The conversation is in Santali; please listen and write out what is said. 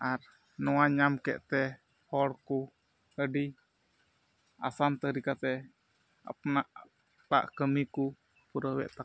ᱟᱨ ᱱᱚᱣᱟ ᱧᱟᱢ ᱠᱮᱫᱛᱮ ᱦᱚᱲ ᱠᱚ ᱟᱹᱰᱤ ᱟᱥᱟᱱ ᱛᱟᱹᱨᱤᱠᱟᱛᱮ ᱟᱯᱱᱟᱨᱟᱜ ᱠᱟᱹᱢᱤ ᱠᱚ ᱯᱩᱨᱟᱹᱣᱮᱫ ᱛᱟᱠᱚᱣᱟ